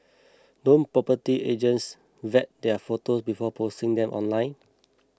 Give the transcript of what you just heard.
don't property agents vet their photo before posting them online